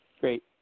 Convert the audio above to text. Great